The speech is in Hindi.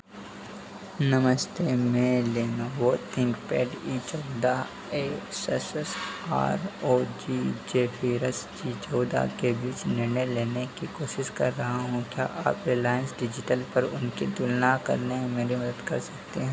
नमस्ते मैं लेनोवो थिंकपैड इ चौदह ASUS R O G Zephyrus G चौदह के बीच निर्णय लेने की कोशिश कर रहा हूँ क्या आप रिलायंस डिजिटल पर उनकी तुलना करने में मेरी मदद कर सकते हैं